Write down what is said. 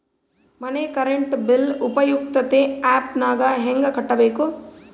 ಮನೆ current bill ಉಪಯುಕ್ತತೆ app ನಾಗ ಹೆಂಗ ಕಟ್ಟಬೇಕು?